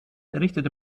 errichtete